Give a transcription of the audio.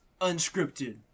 unscripted